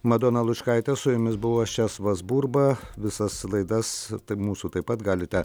madona luškaitė su jumis buvau aš česlovas burba visas laidas tai mūsų taip pat galite